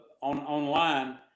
online